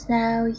now